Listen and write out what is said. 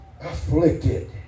afflicted